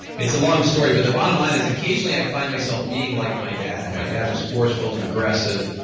it's a long story but the bottom line is occasionally i'd find myself being like my dad. and my dad was forceful and aggressive.